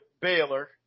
Baylor